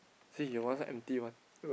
see your one so empty one